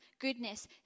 goodness